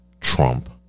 Trump